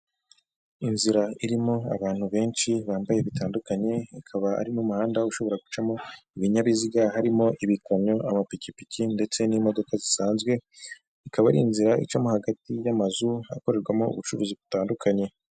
Inzira irimo abantu benshi bambaye bitandukanye akaba ari mu muhanda ushobora gucamo ibinyabiziga harimo ibikamyo, amapikipiki ndetse n'imodoka zisanzwe. Ikaba ari inzira icamo hagati y'amazu ahakorerwamo ubucuruzi butandukanye.